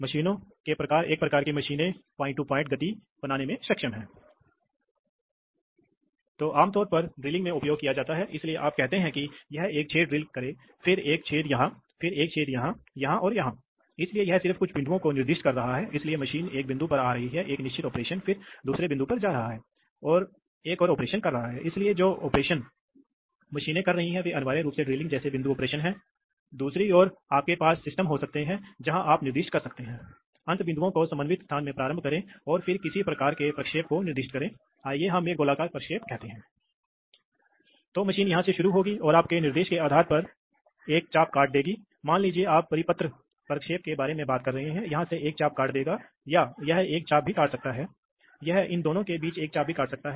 दूसरी ओर जैसा कि हमने हाइड्रोलिक्स के मामले में भी देखा है कि यह सीधे पायलट प्रेशर से संचालित हो सकता है आम तौर पर एयर पायलट का उपयोग किया जाता है या यह हो सकता है आप कभी कभी जानते हैं कि यह दो चरणों वाली चीज हो सकती है जहां एक इलेक्ट्रिक सिग्नल एक पायलट दबाव को ड्राइव करेगा तो एक इलेक्ट्रिक से न्यूमेटिक कनवर्टर होगा यह भी संभव है तो विभिन्न तरीके हैं आम तौर पर इलेक्ट्रिक से न्यूमेटिक नियंत्रक क्या उपयोग है क्योंकि बिजली का संकेत बहुत सरलता से उत्पन्न हो सकता है और आप हम कंप्यूटर का उपयोग कर सकते हैं हम सिग्नल पर विभिन्न प्रकार के सिग्नल प्रोसेसिंग का उपयोग कर सकते हैं और फिर अंत में इसे सुरक्षा के उद्देश्य से या उच्च शक्ति वगैरह उद्देश्य के लिए न्यूमेटिक सिग्नल में परिवर्तित कर सकते हैं